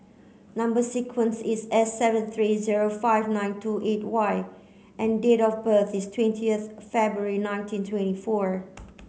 number sequence is S seven three zero five nine two eight Y and date of birth is twentieth February nineteen twenty four